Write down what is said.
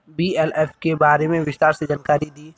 BLF के बारे में विस्तार से जानकारी दी?